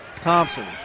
Thompson